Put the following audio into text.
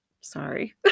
Sorry